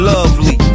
Lovely